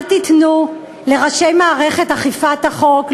אל תיתנו לראשי מערכת אכיפת החוק,